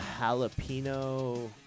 jalapeno